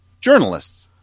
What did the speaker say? journalists